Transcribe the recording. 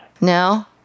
No